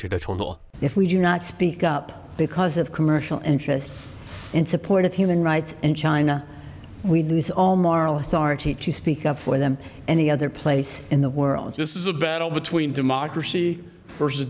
even if we do not speak up because of commercial interest in support of human rights in china we lose all moral authority to speak up for them any other place in the world this is a battle between democracy versus